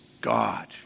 God